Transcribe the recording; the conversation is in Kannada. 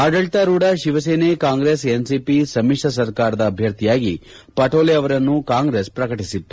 ಆಡಳಿತಾರೂಢ ಶಿವಸೇನೆ ಕಾಂಗ್ರೆಸ್ ಎನ್ಸಿಪಿ ಸಮಿಶ್ರ ಸರ್ಕಾರದ ಅಭ್ಯರ್ಥಿಯಾಗಿ ಪಟೋಲೆ ಅವರನ್ನು ಕಾಂಗ್ರೆಸ್ ಪ್ರಕಟಿಸಿತ್ತು